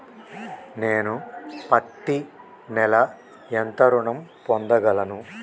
నేను పత్తి నెల ఎంత ఋణం పొందగలను?